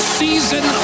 season